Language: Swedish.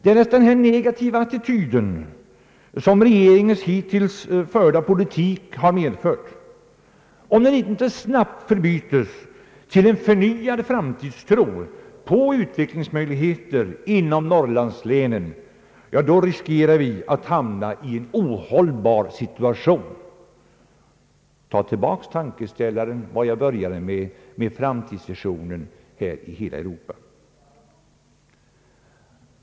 Om denna negativa attityd, som regeringens hittills förda politik har medfört, inte snabbt förbytes i en förnyad framtidstro på utvecklingsmöjligheter inom norrlandslänen, riskerar vi att hamna i en ohållbar situation. Jag påminner om den tankeställare som jag började med, om framtidsvisionen i hela Europa.